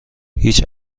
هیچ